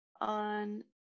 on